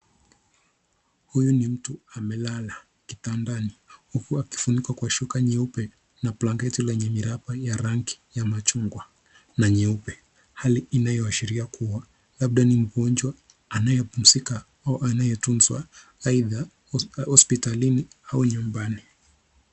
Huyu ni mtu amelelala kitandani huku akifunikwa kwa shuka nyeupe na blanketi yenye miraba ya ya rangi ya machungwa na nyeupe, hali inayoashiria kua labda ni mgonjwa anayepumzika au anayetunzwa aidha hospitalini au nyumbani.